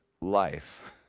life